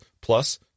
plus